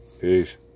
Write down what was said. Peace